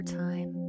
time